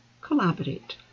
collaborate